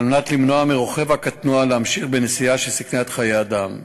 על מנת למנוע מרוכב הקטנוע להמשיך בנסיעה שסיכנה חיי אדם.